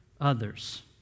others